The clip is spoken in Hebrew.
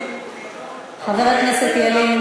חבר הכנסת ילין,